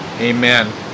Amen